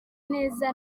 neza